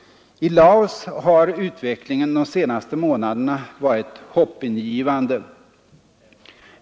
I Laos har utvecklingen de senaste månaderna varit hoppingivande.